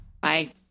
Bye